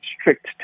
strict